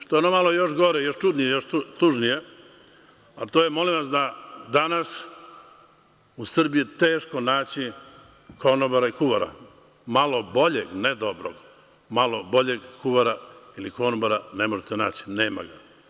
Što je nama još gore, još čudnije, još tužnije, a to je molim vas da danas u Srbiji je teško naći konobara i kuvara, malo boljeg, ne dobrog, malog boljeg kuvara ili konobara ne možete naći, nema ga.